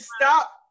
stop